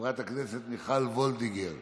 חברת הכנסת מיכל וולדיגר,